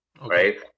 right